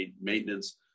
maintenance